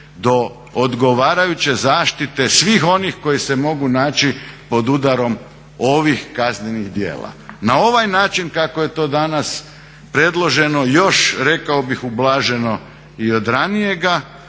do odgovarajuće zaštite svih onih koji se mogu naći pod udarom ovih kaznenih djela. Na ovaj način kako je to danas predloženo još rekao bih ublaženo i od ranijega